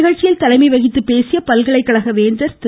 நிகழ்ச்சியில் தலைமை வகித்து பேசிய பல்கலைக்கழக துணைவேந்தர் திரு